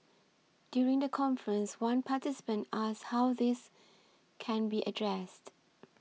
during the conference one participant asked how this can be addressed